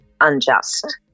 unjust